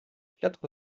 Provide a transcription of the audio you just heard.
quatre